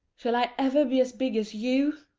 shall i ever be as big as you?